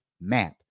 map